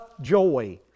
joy